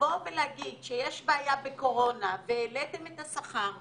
לבוא ולהגיד שיש בעיה בקורונה והעליתם את השכר,